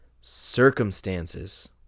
circumstances